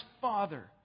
Father